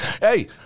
Hey